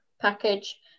package